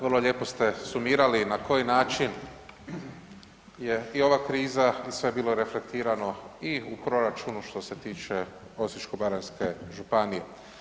Vrlo lijepo ste sumirali na koji način je i ova kriza i sve je bilo reflektirano i u proračunu što se Osječko-baranjske županije.